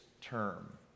term